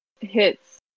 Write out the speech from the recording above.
hits